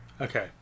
Okay